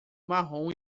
marrom